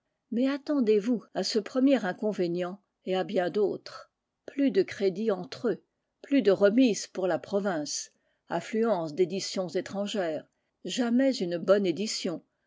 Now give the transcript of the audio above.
mais attendez vous à ce premier inconvénient et à bien d'autres plus de crédit entre eux plus de remises pour la province affluence d'éditions étrangères jamais une bonne édition